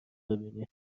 بیینیم